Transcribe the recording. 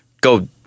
go